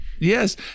Yes